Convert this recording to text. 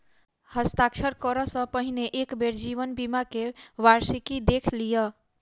हस्ताक्षर करअ सॅ पहिने एक बेर जीवन बीमा के वार्षिकी देख लिअ